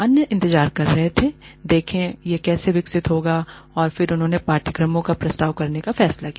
अन्य इंतजार कर रहे थे देखें यह कैसे विकसित होगा और फिर उन्होंने पाठ्यक्रमों का प्रस्ताव करने का फैसला किया